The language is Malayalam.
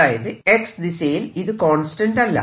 അതായത് X ദിശയിൽ ഇത് കോൺസ്റ്റന്റ് അല്ല